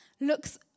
looks